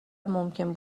ممکن